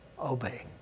obey